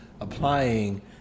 applying